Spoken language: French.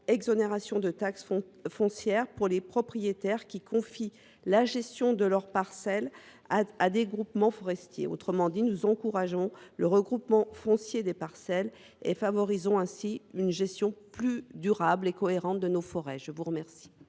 exonération de taxe foncière pour les propriétaires qui confieraient la gestion de leurs parcelles à des groupements forestiers. Autrement dit, nous encourageons le regroupement foncier des parcelles afin de favoriser une gestion plus durable et cohérente de nos forêts. L’amendement